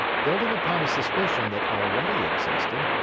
building upon a suspicion that already existed,